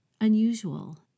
unusual